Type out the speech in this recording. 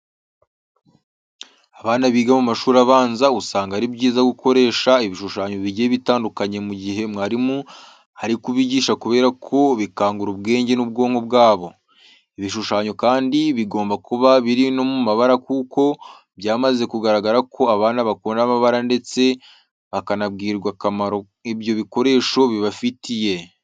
Abana biga mu mashuri abanza usanga ari byiza gukoresha ibishushanyo bigiye bitandukanye mu gihe umwarimu ari kubigisha kubera ko bikangura ubwenge n'ubwonko bwabo. Ibishushanyo kandi bigomba kuba biri no mu mabara kuko byamaze kugaragara ko abana bakunda amabara ndetse bakanabwirwa akamaro ibyo bikoresho bibafitiye.